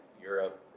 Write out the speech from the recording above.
Europe